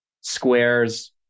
Square's